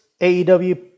AEW